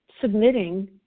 submitting